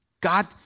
God